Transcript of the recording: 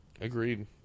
Agreed